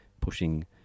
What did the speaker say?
pushing